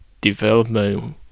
Development